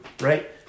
right